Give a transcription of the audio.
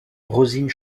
rosine